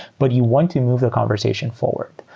but you want to move the conversation forward.